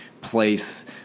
place